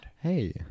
Hey